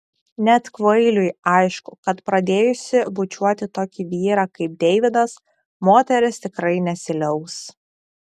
net kvailiui aišku kad pradėjusi bučiuoti tokį vyrą kaip deividas moteris tikrai nesiliaus